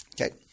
Okay